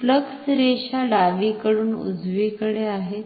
flux रेषा डावीकडून उजवीकडे आहेत